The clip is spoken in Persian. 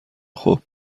خوب